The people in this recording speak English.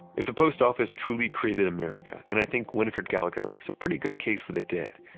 if the post office truly created america, and i think winifred gallagher makes a pretty good case that it did,